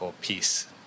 peace